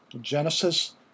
Genesis